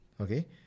okay